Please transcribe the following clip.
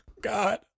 God